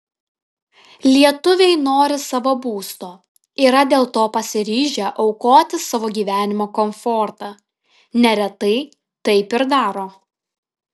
lietuviai nori savo būsto yra dėl to pasiryžę aukoti savo gyvenimo komfortą neretai taip ir daro